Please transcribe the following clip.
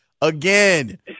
again